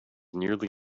nearly